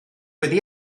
wedi